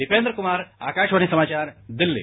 दीपेन्द्र कुमार आकाशवाणी समाचार दिल्ली